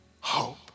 hope